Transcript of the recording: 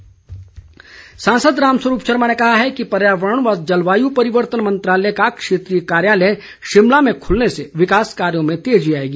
रामस्वरूप सांसद रामस्वरूप शर्मा ने कहा है कि पर्यावरण व जलवायु परिवर्तन मंत्रालय का क्षेत्रीय कार्यालय शिमला में खुलने से विकास कार्यो में तेज़ी आएगी